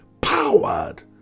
powered